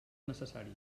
necessari